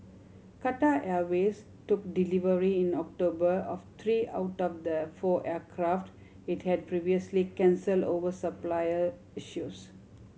Qatar Airways took delivery in October of three out of the four aircraft it had previously cancelled over supplier issues